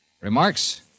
Remarks